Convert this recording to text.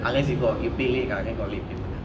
unless you got you pay late ah can got late payment ah